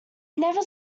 never